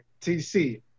TC